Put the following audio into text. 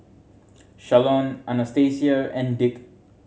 Shalon Anastacia and Dick